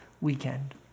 weekend